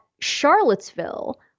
Charlottesville